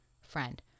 Friend